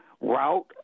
route